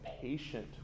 patient